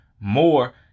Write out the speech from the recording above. more